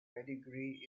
pedigree